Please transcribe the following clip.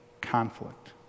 conflict